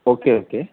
okay okay